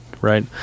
right